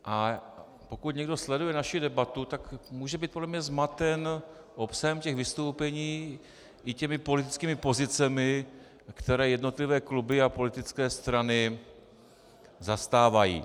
A pokud někdo sleduje naši debatu, tak může být podle mě zmaten obsahem těch vystoupení i těmi politickými pozicemi, které jednotlivé kluby a politické strany zastávají.